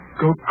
go